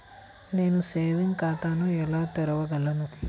నేను సేవింగ్స్ ఖాతాను ఎలా తెరవగలను?